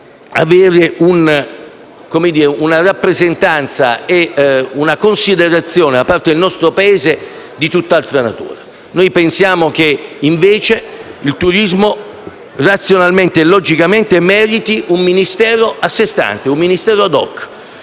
avere una rappresentanza e una considerazione da parte del nostro Paese di tutt'altra natura. Riteniamo invece che il turismo, razionalmente e logicamente, meriti Ministero a sé stante, *ad hoc*,